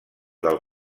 del